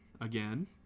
again